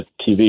TV